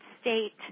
state